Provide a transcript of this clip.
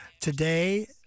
today